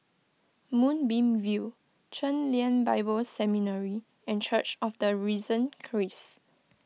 Moonbeam View Chen Lien Bible Seminary and Church of the Risen Christ